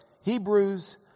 Hebrews